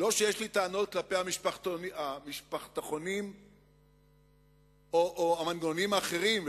לא שיש לי טענות כלפי המשפחתונים או המנגנונים האחרים,